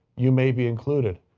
you may be included.